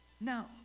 No